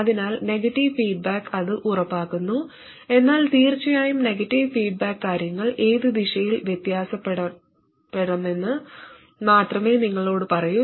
അതിനാൽ negative feedback അത് ഉറപ്പാക്കുന്നു എന്നാൽ തീർച്ചയായും നെഗറ്റീവ് ഫീഡ്ബാക്ക് കാര്യങ്ങൾ ഏത് ദിശയിൽ വ്യത്യാസപ്പെടണമെന്ന് മാത്രമേ നിങ്ങളോട് പറയൂ